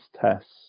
tests